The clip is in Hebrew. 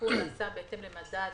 העדכון נעשה בהתאם למדד